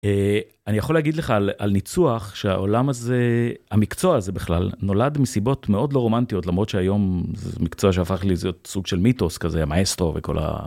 אה, אני יכול להגיד לך על ניצוח שהעולם הזה... המקצוע הזה בכלל נולד מסיבות מאוד לא רומנטיות למרות שהיום זה מקצוע שהפך להיות סוג של מיתוס כזה, מאסטרו וכל ה-.